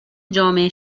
جامعه